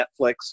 Netflix